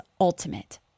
ultimate